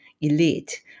elite